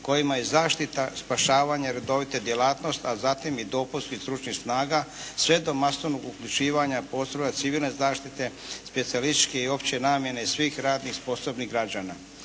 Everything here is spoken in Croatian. kojima je zaštita spašavanje redovita djelatnost, a zatim i dopunskih stručnih snaga sve do masovnog uključivanja postrojba civilne zaštite, specijalističke i opće namjene svih radnih sposobnih građana.